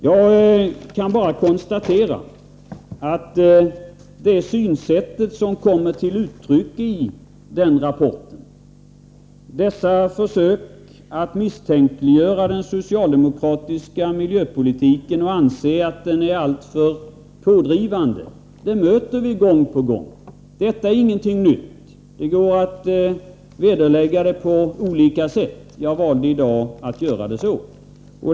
Jag kan bara konstatera att det synsätt som kommit till uttryck i den rapporten samt försöken att misstänkliggöra den socialdemokratiska miljöpolitiken för att den skulle vara alltför pådrivande, möts vi av gång på gång. Det är ingenting nytt. Det går att vederlägga på olika sätt, och jag har i dag valt att göra det på detta vis.